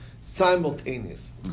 simultaneous